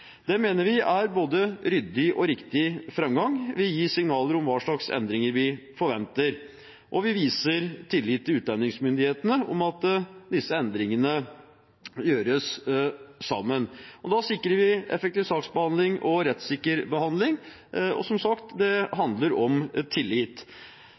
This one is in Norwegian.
Det mener vi er både ryddig og riktig framgangsmåte. Vi gir signaler om hva slags endringer vi forventer, og vi viser tillit til utlendingsmyndighetene, at disse endringene gjøres sammen. Da sikrer vi effektiv saksbehandling og rettssikker behandling. Som sagt: Det